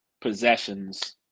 possessions